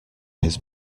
his